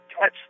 touch